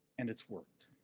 and it's work.